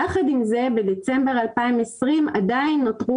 יחד עם זה בדצמבר 2020 עדיין נותרו